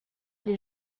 les